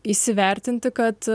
įsivertinti kad